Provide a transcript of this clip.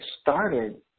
started